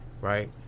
Right